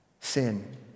sin